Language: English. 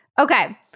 Okay